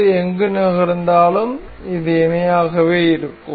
அது எங்கு நகர்ந்தாலும் அது இணையாகவே இருக்கும்